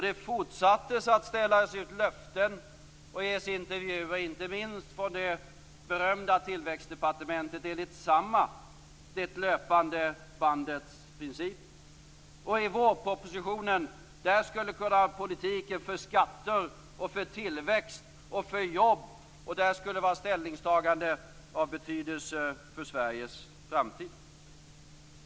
Det fortsattes att ställas ut löften och ges intervjuer, inte minst från det berömda "tillväxtdepartementet", enligt samma det löpande bandets princip. I vårpropositionen skulle politiken för skatter, tillväxt, jobb och ställningstaganden av betydelse för Sveriges framtid komma.